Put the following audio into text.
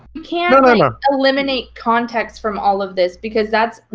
can't, and like, eliminate context from all of this because that's,